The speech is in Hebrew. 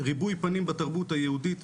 ריבוי פנים בתרבות היהודית,